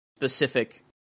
Specific